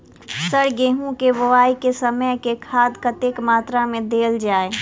Sir गेंहूँ केँ बोवाई केँ समय केँ खाद कतेक मात्रा मे देल जाएँ?